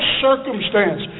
circumstance